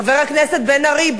חבר הכנסת בן-ארי,